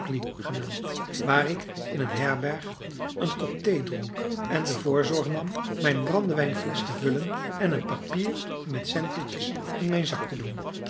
genaamd waar ik in een herberg een kop thee dronk en de voorzorg nam mijn brandewijnflesch te vullen en een papier met sandwiches in mijn zak te doen